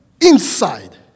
inside